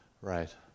Right